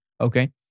Okay